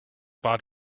bad